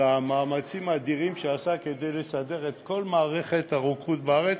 על המאמצים האדירים שעשה כדי לסדר את כל מערכת הרוקחות בארץ,